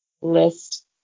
list